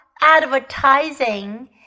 advertising